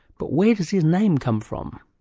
but where does his name come from?